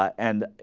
and ah.